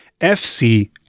FC